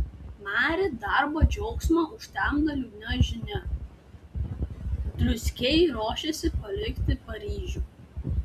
mari darbo džiaugsmą užtemdo liūdna žinia dluskiai ruošiasi palikti paryžių